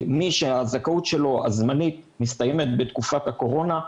שמי שהזכאות הזמנית שלו מסתיימת בתקופת הקורונה,